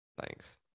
Thanks